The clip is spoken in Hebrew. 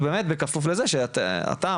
ובאמת בכפוף לזה שאתה,